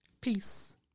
Peace